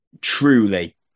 truly